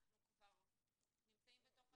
אנחנו כבר נמצאים בתוך התהליך.